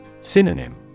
Synonym